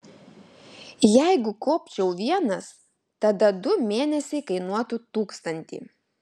jeigu kopčiau vienas tada du mėnesiai kainuotų tūkstantį